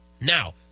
now